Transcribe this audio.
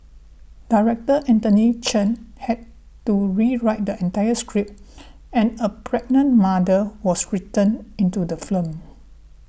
director Anthony Chen had to rewrite the entire script and a pregnant mother was written into the film